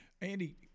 Andy